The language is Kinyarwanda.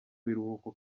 biruhuko